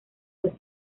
los